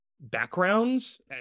backgrounds